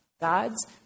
gods